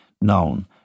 Known